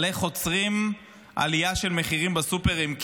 על איך עוצרים עליית מחירים בסופרים,